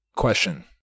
Question